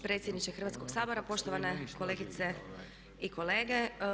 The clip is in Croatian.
Predsjedniče Hrvatskoga sabora, poštovane kolegice i kolege.